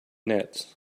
nets